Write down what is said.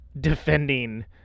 defending